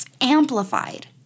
amplified